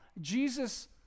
Jesus